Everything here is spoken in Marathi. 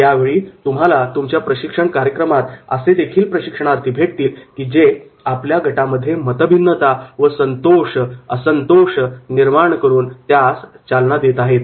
काहीवेळा तुम्हाला तुमच्या प्रशिक्षण कार्यक्रमात असे देखील प्रशिक्षणार्थी भेटतील की जे आपल्या गटामध्ये मतभिन्नता व संतोष निर्माण करून त्यास चालना देत आहेत